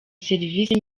serivisi